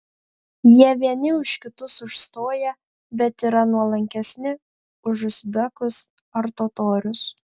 jie vieni už kitus užstoja bet yra nuolankesni už uzbekus ar totorius